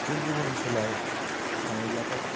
जों गुबुन ओनसोलाव थाङोब्लाथाय